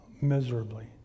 miserably